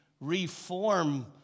reform